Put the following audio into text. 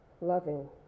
loving